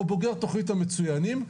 או בוגר תוכנית המצוינים,